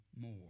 more